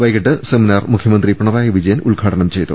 വൈകീട്ട് സെമിനാർ മുഖ്യമന്ത്രി പിണറായി വിജയൻ ഉദ്ഘാടനം ചെയ്തു